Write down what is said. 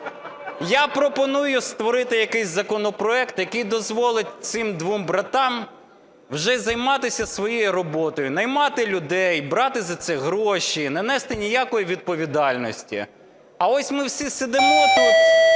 Я пропоную створити якийсь законопроект, який дозволить цим двом братам вже займатися своєю роботою, наймати людей, брати за це гроші, не нести ніякої відповідальності. А ось ми всі сидимо тут,